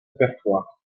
répertoire